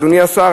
אדוני השר,